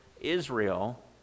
Israel